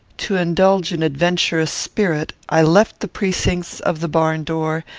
to indulge an adventurous spirit, i left the precincts of the barn-door,